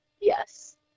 Yes